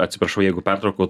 atsiprašau jeigu pertraukiau